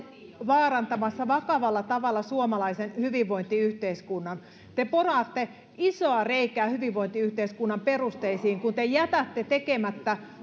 vaarantamassa vakavalla tavalla suomalaisen hyvinvointiyhteiskunnan te poraatte isoa reikää hyvinvointiyhteiskunnan perusteisiin kun te jätätte tekemättä